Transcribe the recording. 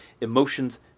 emotions